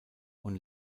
und